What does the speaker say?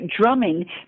drumming